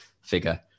figure